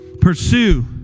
pursue